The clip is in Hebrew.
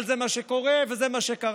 אבל זה מה שקורה, וזה מה שקרה.